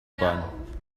bahn